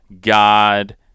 God